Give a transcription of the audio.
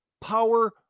power